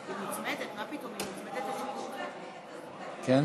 תסגור את המליאה.